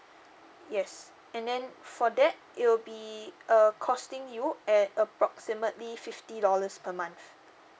yes and then for that it will be err costing you at approximately fifty dollars per month